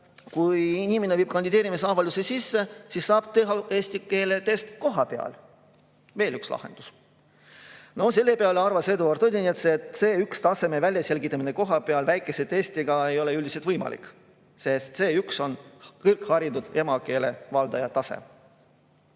kui inimene viib kandideerimisavalduse sisse, siis saab teha eesti keele testi kohapeal. Veel üks lahendus! Selle peale arvas Eduard Odinets, et C1-taseme väljaselgitamine kohapeal väikese testiga ei ole võimalik, sest C1 on kõrgharitud emakeele valdaja tase.